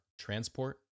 transport